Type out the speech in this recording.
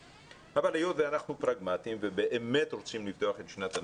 היות ואנחנו פרגמטיים ובאמת רוצים לפתוח את שנת הלימודים,